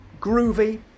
groovy